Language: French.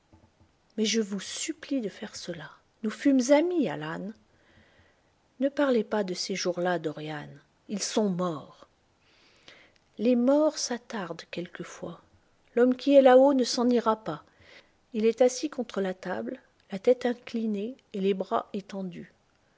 mais je vous supplie de faire cela nous fûmes amis alan ne parlez pas de ces jours-là dorian ils sont morts les morts s'attardent quelquefois l'homme qui est là-haut ne s'en ira pas il est assis contre la table la tête inclinée et les bras étendus